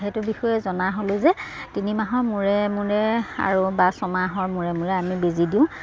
সেইটো বিষয়ে জনা হ'লোঁ যে তিনিমাহৰ মূৰে মূৰে আৰু বা ছমাহৰ মূৰে মূৰে আমি বেজি দিওঁ